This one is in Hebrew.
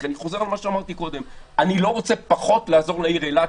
כי אני חוזר על מה שאמרתי קודם: אני לא רוצה פחות לעזור לעיר אילת,